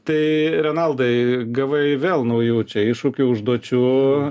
tai renaldai gavai vėl naujų iššūkių užduočių